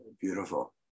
beautiful